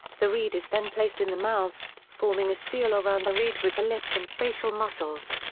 the reed is then placed in the mouth, forming a seal around the reed with the lips and facial muscles.